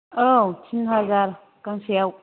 औ तिन हाजार गांसेआव